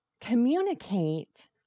communicate